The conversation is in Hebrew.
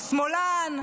שמאלן?